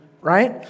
right